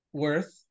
worth